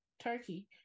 Turkey